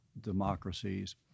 democracies